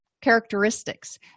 characteristics